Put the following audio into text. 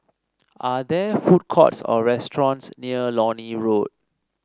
are there food courts or restaurants near Lornie Road